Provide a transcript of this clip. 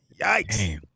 Yikes